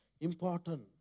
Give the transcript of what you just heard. important